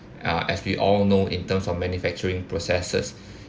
uh as we all know in terms of manufacturing processes